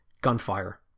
Gunfire